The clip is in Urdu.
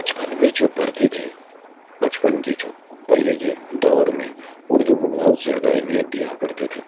بچپن میں جو پڑھتے تھے بچپن کے جو پہلے کے دور میں اردو کو بہت زیادہ اہمیت دیا کرتے تھے